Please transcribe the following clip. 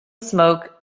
smoke